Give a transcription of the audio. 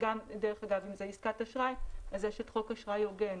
שזה עסקת אשראי, יש את חוק אשראי הוגן.